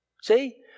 See